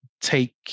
take